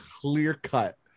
clear-cut